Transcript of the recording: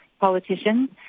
politicians